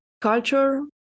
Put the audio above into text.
culture